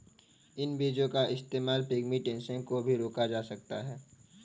इन बीजो का इस्तेमाल पिग्मेंटेशन को भी रोका जा सकता है